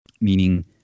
meaning